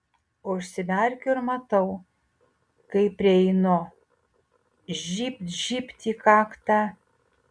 užsimerkiu ir matau kaip prieinu žybt žybt į kaktą